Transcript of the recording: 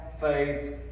faith